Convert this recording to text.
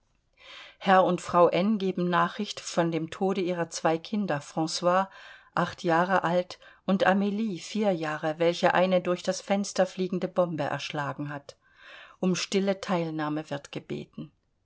herr und frau n geben nachricht von dem tode ihrer zwei kinder franc war acht jahre alt und amie vier jahre welche eine durch das fenster fliegende bombe erschlagen hat um stille teilnahme wird gebeten